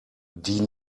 die